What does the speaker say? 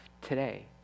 today